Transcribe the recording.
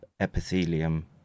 epithelium